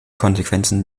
konsequenzen